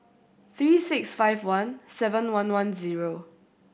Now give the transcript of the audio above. three six five one seven one one zero